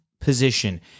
position